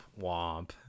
womp